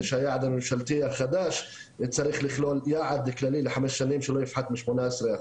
שהיעד הממשלתי החדש צריך לכלול יעד כללי לחמש שנים שלא יפחת מ- 18%,